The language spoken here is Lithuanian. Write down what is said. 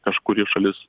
kažkuri šalis